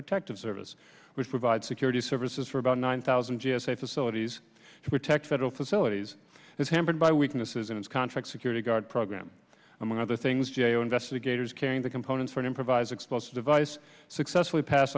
protective service which provides security services for about nine thousand g s a facilities to protect federal facilities is hampered by weaknesses in its contract security guard program among other things g a o investigators carrying the components for an improvised explosive device successfully pass